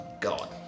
God